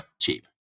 cheap